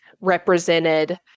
represented